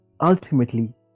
ultimately